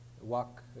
Walk